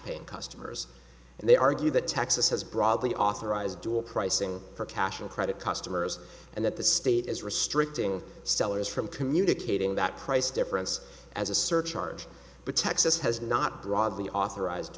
paying customers and they argue that texas has broadly authorized dual pricing for casual credit customers and that the state is restricting sellers from communicating that price difference as a surcharge but texas has not broadly authorized